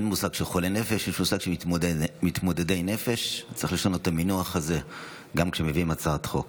שרון ניר, יוליה מלינובסקי וחמד עמאר, הצעת חוק